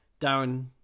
Darren